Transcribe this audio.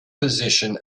position